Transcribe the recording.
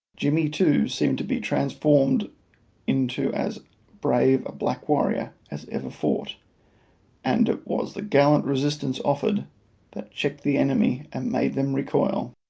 jimmy, too, seemed to be transformed into as brave a black warrior as ever fought and it was the gallant resistance offered that checked the enemy and made them recoil.